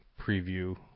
preview